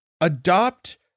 adopt